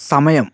సమయం